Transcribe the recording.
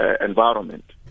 environment